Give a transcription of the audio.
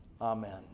Amen